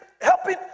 helping